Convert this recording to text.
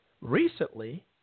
Recently